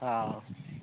ହଉ